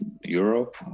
Europe